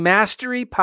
Mastery